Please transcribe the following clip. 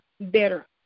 better